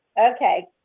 okay